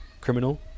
criminal